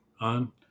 on